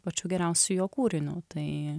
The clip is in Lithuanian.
pačiu geriausiu jo kūriniu tai